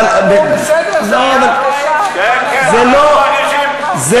אבל, לא, אבל, בסדר, אבל, בין היהודים.